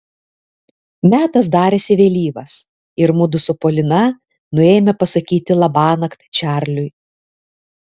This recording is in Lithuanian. metas darėsi vėlyvas ir mudu su polina nuėjome pasakyti labanakt čarliui